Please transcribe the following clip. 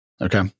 Okay